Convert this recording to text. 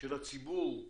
של הציבור,